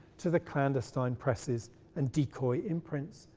to the clandestine presses and decoy imprints,